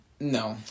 No